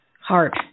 heart